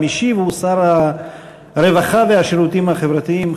המשיב הוא שר הרווחה והשירותים החברתיים,